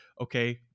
okay